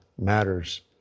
matters